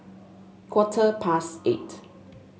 quarter past eight